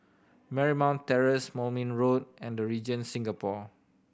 Marymount Terrace Moulmein Road and The Regent Singapore